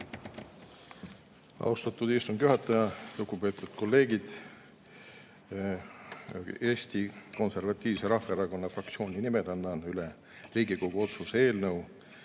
Austatud istungi juhataja! Lugupeetud kolleegid! Eesti Konservatiivse Rahvaerakonna fraktsiooni nimel annan üle Riigikogu otsuse eelnõu